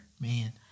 Man